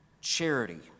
charity